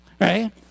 Right